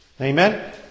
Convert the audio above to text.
Amen